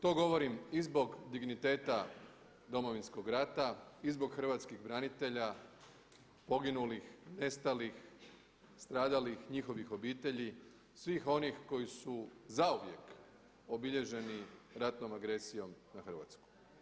To govorim i zbog digniteta Domovinskog rata i zbog hrvatskih branitelja, poginulih, nestalih, stradalih njihovih obitelji svih onih koji su zauvijek obilježeni ratnom agresijom na Hrvatsku.